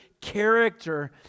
character